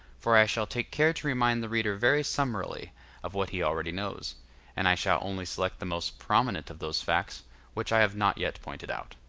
for i shall take care to remind the reader very summarily of what he already knows and i shall only select the most prominent of those facts which i have not yet pointed out.